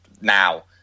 Now